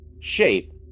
shape